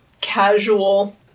casual